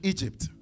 Egypt